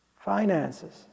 finances